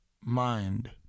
Mind